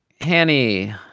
Hanny